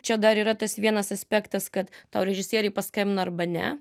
čia dar yra tas vienas aspektas kad tau režisieriai paskambina arba ne